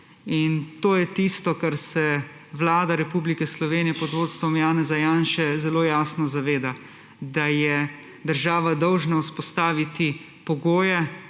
To je tisto, česar se Vlada Republike Slovenije pod vodstvom Janeza Janše zelo jasno zaveda – da je država dolžna vzpostaviti pogoje